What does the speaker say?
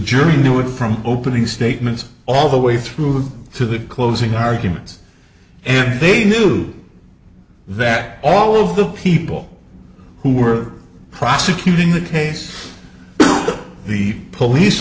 jury knew it from opening statements all the way through to the closing arguments and they knew that all of the people who were prosecuting the case the police